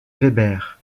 weber